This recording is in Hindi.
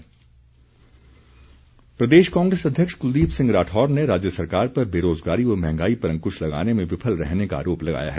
राढौर प्रदेश कांग्रेस अध्यक्ष कुलदीप सिंह राठौर ने राज्य सरकार पर बेरोज़गारी व महंगाई पर अंकुश लगाने में विफल रहने का आरोप लगाया है